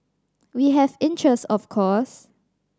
we have interest of course